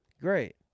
Great